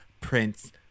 Prince